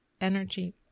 energy